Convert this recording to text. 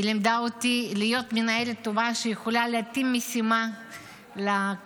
היא לימדה אותי להיות מנהלת טובה שיכולה להתאים משימה לכפופים,